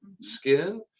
skin